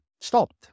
stopped